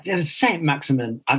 Saint-Maximin